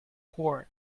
corn